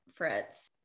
Fritz